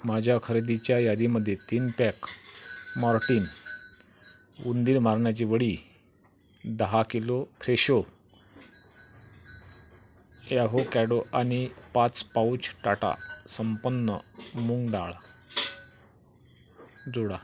माझ्या खरेदीच्या यादीमध्ये तीन पॅक मॉर्टीन उंदीर मारण्याची वडी दहा किलो फ्रेशो ॲहोकॅडो आणि पाच पाउच टाटा संपन्न मूगडाळ जोडा